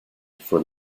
for